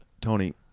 tony